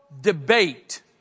debate